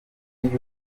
y’uko